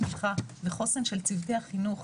תמיכה וחוסן של צוותי החינוך.